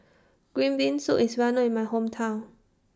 Green Bean Soup IS Well known in My Hometown